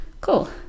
cool